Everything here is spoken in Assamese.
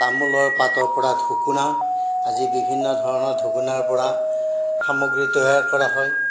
তামোলৰ পাতৰ পৰা ঢকোনা আজি বিভিন্ন ধৰণৰ ঢকোনাৰ পৰা সামগ্ৰী তৈয়াৰ কৰা হয়